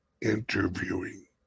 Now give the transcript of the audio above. interviewing